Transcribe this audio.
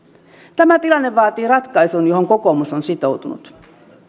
tämä tilanne vaatii ratkaisun johon kokoomus on sitoutunut